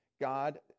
God